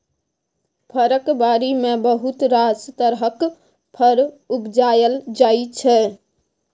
फरक बारी मे बहुत रास तरहक फर उपजाएल जाइ छै